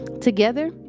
together